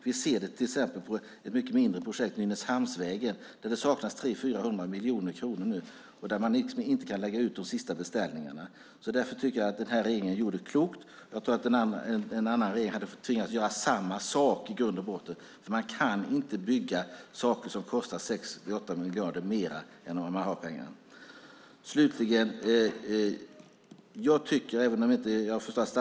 Vi ser det till exempel på ett mycket mindre projekt, Nynäshamnsvägen, där det saknas 300-400 miljoner kronor nu och där man inte kan lägga ut de sista beställningarna. Därför tycker jag att vad den här regeringen gjorde var klokt. Jag tror att en annan regering hade tvingats göra samma sak i grund och botten. Man kan inte bygga saker som kostar 6-8 miljarder mer än vad man har pengar till.